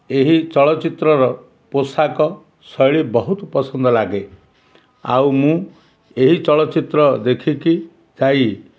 ଏହି ଚଳଚ୍ଚିତ୍ରର ପୋଷାକ ଶୈଳୀ ବହୁତ ପସନ୍ଦ ଲାଗେ ଆଉ ମୁଁ ଏହି ଚଳଚ୍ଚିତ୍ର ଦେଖିକି ଯାଇ